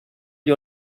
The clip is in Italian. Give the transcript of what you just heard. gli